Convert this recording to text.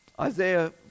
Isaiah